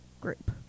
group